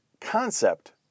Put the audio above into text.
concept